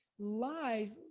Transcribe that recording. live,